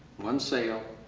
one sale,